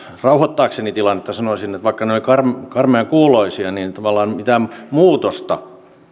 rauhoittaakseni tilannetta sanoisin että vaikka ne ovat karmean karmean kuuloisia niin tavallaan mitään muutosta